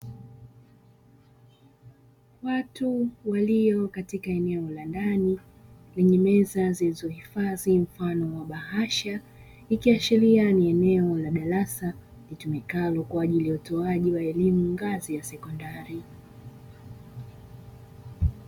Watu walio katika eneo la ndani lenye meza zilizohifadhi mfano wa bahasha, ikiashiria ni eneo la darasa litumikalo kwa ajili ya utoaji wa elimu ngazi ya sekondari.